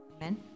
Amen